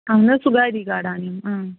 اَہَن حظ سُہ گَری گَڈان یِم